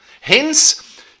Hence